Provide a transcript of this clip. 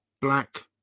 black